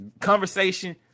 conversation